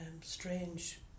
strange